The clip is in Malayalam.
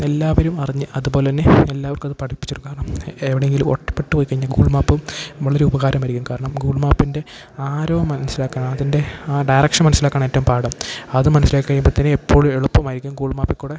എല്ലാവരും അറിഞ്ഞ് അതുപോലെതന്നെ എല്ലാവർക്കും അതു പഠിപ്പിച്ചുകൊടുക്കണം എവിടെയെങ്കിലും ഒറ്റപ്പെട്ട് പോയിക്കഴിഞ്ഞാല് ഗൂഗിൾ മാപ്പും വളരെ ഉപകാരമായിരിക്കും കാരണം ഗൂഗിൾ മാപ്പിൻ്റെ ആരോ മനസ്സിലാക്കാനാണ് അതിൻ്റെ ആ ഡയറക്ഷൻ മനസ്സിലാക്കാനാണ് ഏറ്റവും പാട് അതു മനസിലാക്കിക്കഴിയുമ്പോള്ത്തന്നെ എപ്പോഴും എളുപ്പമായിരിക്കും ഗൂഗിൾ മാപ്പില്ക്കൂടെ